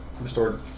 restored